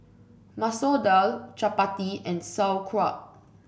Masoor Dal Chapati and Sauerkraut